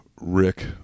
Rick